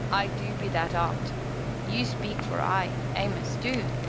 i du be that ot you speak for i, amos, du.